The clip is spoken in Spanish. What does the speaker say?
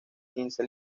quince